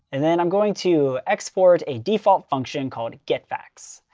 and then i'm going to export a default function called get facts.